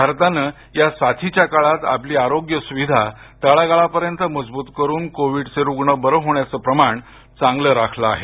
भारताने या साथीच्या काळात आपली आरोग्य सुविधा तळागाळापर्यंत मजबूत करून कोविड चे रुग्ण बरे होण्याचे प्रमाण चांगले राखले आहे